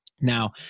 Now